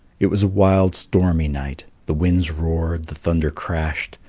it was a wild stormy night the winds roared, the thunder crashed,